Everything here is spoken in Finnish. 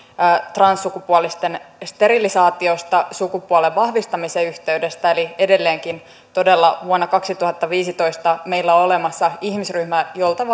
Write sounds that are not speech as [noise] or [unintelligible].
transsukupuolisten sterilisaatiosta sukupuolen vahvistamisen yhteydessä edelleenkin todella vuonna kaksituhattaviisitoista meillä on olemassa ihmisryhmä jolta [unintelligible]